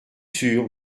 sûr